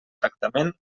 tractament